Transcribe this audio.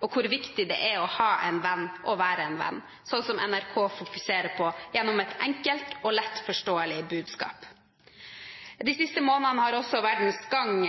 og hvor viktig det er å ha en venn og være en venn, slik som NRK fokuserer på gjennom et enkelt og lett forståelig budskap. De siste månedene har også Verdens Gang,